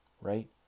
Right